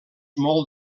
molt